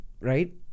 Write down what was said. right